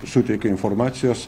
suteikė informacijos